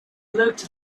looked